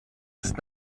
ist